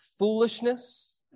foolishness